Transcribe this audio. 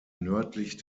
nördlich